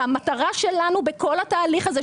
והמטרה שלנו בכל התהליך הזה,